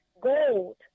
gold